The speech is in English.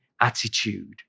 attitude